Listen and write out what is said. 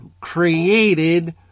created